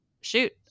shoot